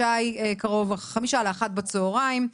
השעה היא 12:55 בצוהריים.